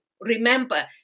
Remember